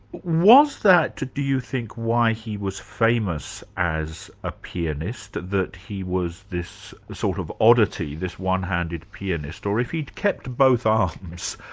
was that do you think, why he was famous as a pianist, that he was this sort of oddity, this one-handed pianist, or if he'd kept both arms,